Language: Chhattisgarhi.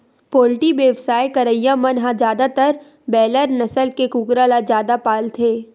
पोल्टी बेवसाय करइया मन ह जादातर बायलर नसल के कुकरा ल जादा पालथे